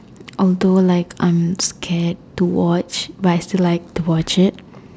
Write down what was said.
although like I'm scared to watch to but I still like to watch it